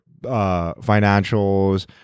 financials